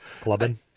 Clubbing